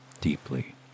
deeply